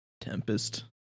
Tempest